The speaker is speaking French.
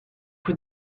rue